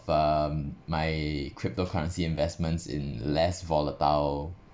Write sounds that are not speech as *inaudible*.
um my *noise* cryptocurrency investments in less volatile